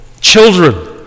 children